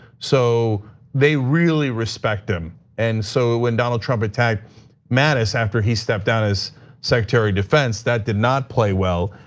so they really respect him and so when donald trump attacked mattis after he stepped down as secretary of defense, that did not play well.